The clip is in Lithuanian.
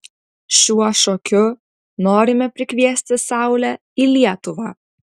šiuo šokiu norime prikviesti saulę į lietuvą